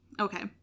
okay